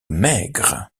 maigre